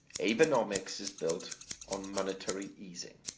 abenomics is built on monetary easing,